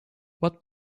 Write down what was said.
what